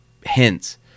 hints